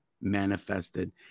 manifested